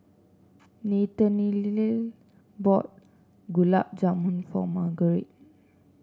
Nathaniel bought Gulab Jamun for Marguerite